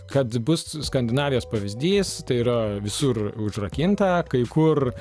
kad bus skandinavijos pavyzdys yra visur užrakinta kai kur